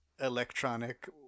Electronic